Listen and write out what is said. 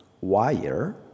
wire